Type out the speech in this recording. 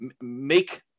make